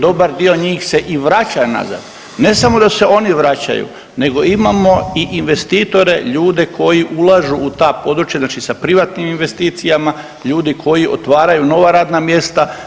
Dobar dio njih se i vraća nazad, ne samo da se oni vraćaju nego imamo i investitore, ljude koji ulažu u ta područja znači sa privatnim investicijama, ljudi koji otvaraju nova radna mjesta.